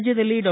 ರಾಜ್ವದಲ್ಲಿ ಡಾ